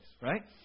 Right